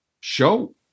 show